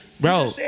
Bro